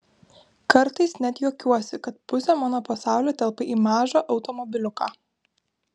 kartais net juokiuosi kad pusė mano pasaulio telpa į mažą automobiliuką